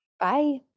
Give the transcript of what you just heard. Bye